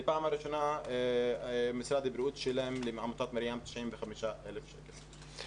זו פעם ראשונה שמשרד הבריאות שילם לעמותת 'מרים' 95,000 שקלים.